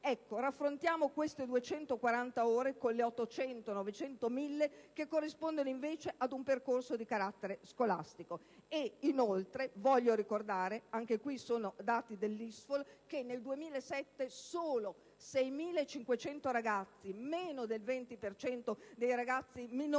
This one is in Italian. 240. Raffrontiamo queste 240 ore con le 800, 900 o 1.000 che corrispondono invece ad un percorso di carattere scolastico. Voglio ricordare - anche questi sono dati dell'ISFOL - che nel 2007 solo 6.500 ragazzi (meno del 20 per cento dei ragazzi minori